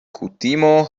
kutimo